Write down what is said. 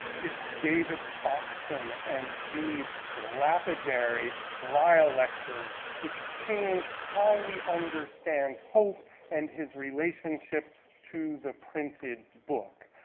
it's david foxon, and these lapidary lyell lectures, which changed how we understand pope and his relationship to the printed book.